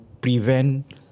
prevent